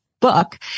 book